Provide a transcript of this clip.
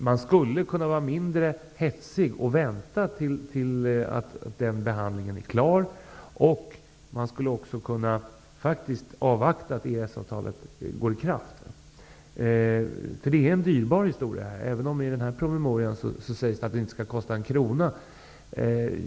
Man skulle kunna vara mindre hetsig och vänta tills den behandlingen är klar, och man skulle också kunna avvakta att Det är en dyrbar historia, även om det i promemorian sägs att det inte skall kosta en krona.